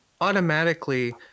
automatically